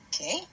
Okay